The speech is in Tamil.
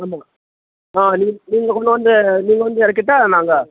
ஆமாம் ஆ நீங்கள் கொண்டு வந்து நீங்கள் வந்து இறக்கிட்டா நாங்கள்